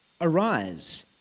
Arise